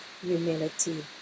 humility